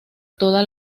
toda